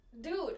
dude